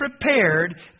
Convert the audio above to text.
prepared